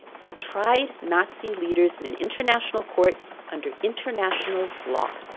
they tried nazi leaders in an international court under international law.